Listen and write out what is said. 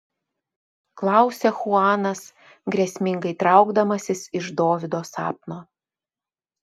klausia chuanas grėsmingai traukdamasis iš dovydo sapno